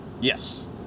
yes